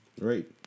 Right